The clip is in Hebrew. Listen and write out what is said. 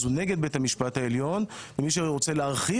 הוא נגד בית המשפט העליון ומי שרוצה להרחיב